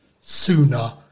sooner